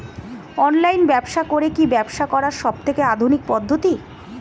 Online ব্যবসা করে কি ব্যবসা করার সবথেকে আধুনিক পদ্ধতি?